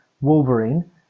Wolverine